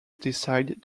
decided